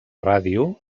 ràdio